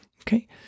Okay